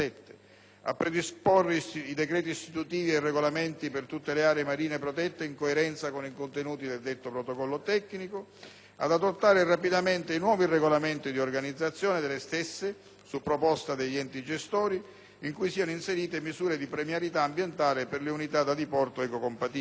a predisporre i decreti istitutivi e i regolamenti per tutte le aree marine protette in coerenza con i contenuti del Protocollo tecnico; ad adottare rapidamente i nuovi regolamenti di organizzazione delle aree marine protette, su proposta degli enti gestori, in cui siano inserite misure di premialità ambientale per le unità da diporto ecocompatibili;